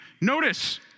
notice